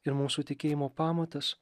ir mūsų tikėjimo pamatas